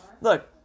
Look